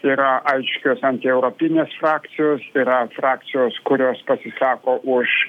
yra aiškios antieuropinės frakcijos ir yra frakcijos kurios pasisako už